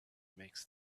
makes